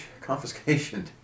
confiscation